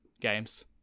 games